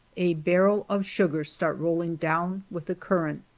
a barrel of sugar start rolling down with the current.